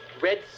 red